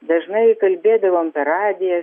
dažnai kalbėdavom per radiją